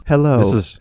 Hello